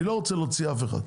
אני לא רוצה להוציא אף אחד,